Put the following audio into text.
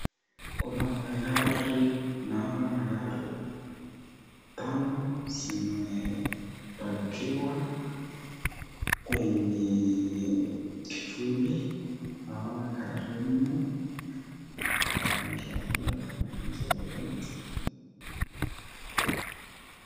Kuna magari, naona magari kama zimepakiwa kwenye kivuli. Naona gari nne ya rangi ya cs[black]cs na moja ya cs[white]cs.